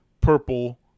purple